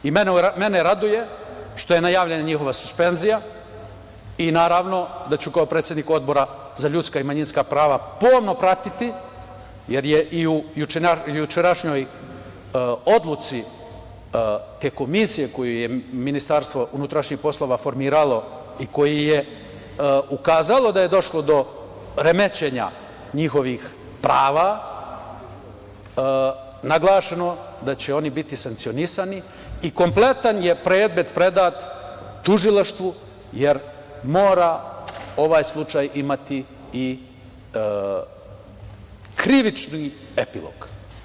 Raduje me što je najavljena njihova suspenzija i naravno da ću kao predsednik Odbora za ljudska i manjinska prava pomno pratiti, jer je i u jučerašnjoj odluci te komisije koju je MUP formirao, gde je ukazano da je došlo do remećenja njihovih prava, naglašeno da će oni biti sankcionisani i kompletan predmet je predat tužilaštvu, jer mora ovaj slučaj imati i krivični epilog.